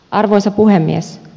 arvoisa puhemies